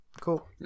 Cool